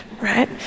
right